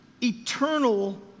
eternal